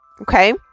Okay